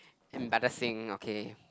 okay